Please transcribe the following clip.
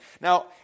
Now